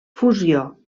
fusió